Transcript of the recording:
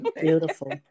Beautiful